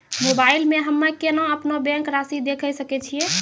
Mobile मे हम्मय केना अपनो बैंक रासि देखय सकय छियै?